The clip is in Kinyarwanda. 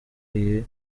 iyi